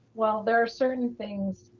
well, there are certain things.